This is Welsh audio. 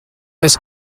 does